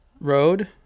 road